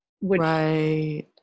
right